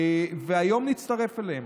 והיום נצטרף אליהם.